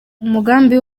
umugambi